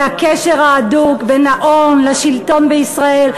זה הקשר ההדוק בין ההון לשלטון בישראל,